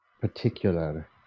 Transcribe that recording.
particular